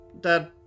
Dad